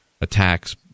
attacks